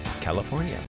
California